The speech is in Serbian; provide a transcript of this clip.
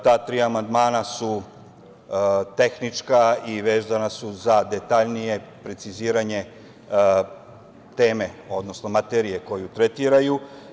Ta tri amandmana su tehnička i vezana su za detaljnije preciziranje teme, odnosno materije koju tretiraju.